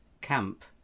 camp